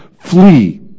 flee